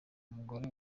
umugore